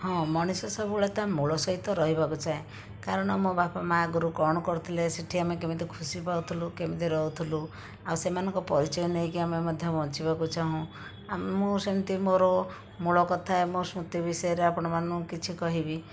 ହଁ ମଣିଷ ସବୁବେଳେ ତା ମୂଳ ସହିତ ରହିବାକୁ ଚାହେଁ କାରଣ ମୋ ବାପା ମାଁ ଆଗରୁ କ'ଣ କରୁଥିଲେ ସେଠି ଆମେ କେମିତି ଖୁସି ପାଉଥୁଲୁ କେମିତି ରହୁଥୁଲୁ ଆଉ ସେମାନଙ୍କ ପରିଚୟ ନେଇକି ଆମେ ମଧ୍ୟ ବଞ୍ଚିବାକୁ ଚାହୁଁ ଆମେ ମୁଁ ସେମିତି ମୋର ମୂଳ କଥା ମୋ ସ୍ମୁତି ବିଷୟରେ ଆପଣମାନଙ୍କୁ କିଛି କହିବି